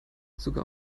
sogar